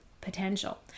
potential